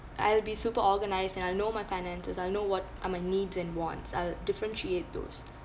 I'll be super organised and I'll know my finances I'll know what are my needs and wants I'll differentiate those